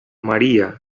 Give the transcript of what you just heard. maría